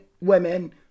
women